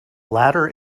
latter